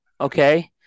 Okay